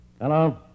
Hello